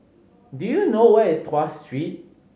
do you know where is Tuas Street